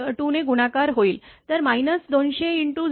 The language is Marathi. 2 ने गुणाकार होईल तर 200 × 0